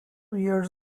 years